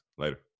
later